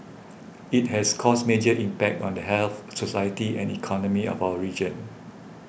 it has caused major impact on the health society and economy of our region